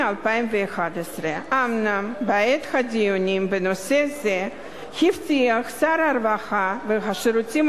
2011. אומנם בעת הדיונים בנושא זה הבטיח שר הרווחה והשירותים